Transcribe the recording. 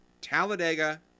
Talladega